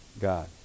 God